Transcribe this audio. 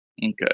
okay